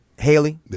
Haley